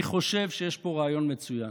אני חושב שיש פה רעיון מצוין.